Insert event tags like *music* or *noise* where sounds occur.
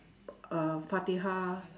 *noise* uh fatihah